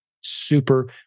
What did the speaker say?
Super